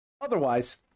Otherwise